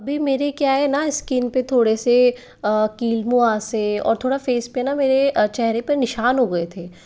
अभी मेरे क्या है ना स्किन पर थोड़े से कील मुहांसे और थोड़ा फ़ेस पे ना मेरे चेहरे पर निशान हो गए थे